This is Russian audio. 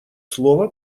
слово